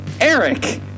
eric